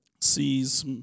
sees